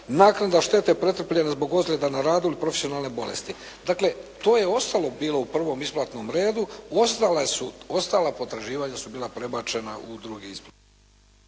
naknada štete pretrpljene zbog ozljeda na radu ili profesionalne bolesti. Dakle, to je ostalo bilo u prvom isplatnom redu, ostala potraživanja su bila prebačena u drugi …/Govornik